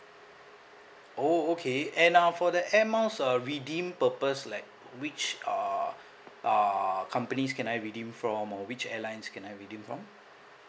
oh okay and uh for the air miles uh redeem purpose like which uh uh companies can I redeem from or which airlines can I redeem from